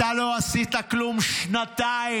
אתה לא עשית כלום שנתיים.